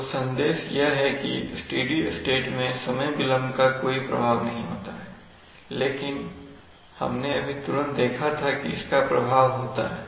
तो संदेश यह है कि स्टेडी स्टेट में समय विलंब का कोई प्रभाव नहीं होता है लेकिन हमने अभी तुरंत देखा था कि इसका प्रभाव होता है